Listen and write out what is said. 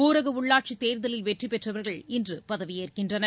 ஊரக உள்ளாட்சித் தேர்தலில் வெற்றிபெற்றவர்கள் இன்று பதவியேற்கின்றனர்